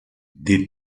des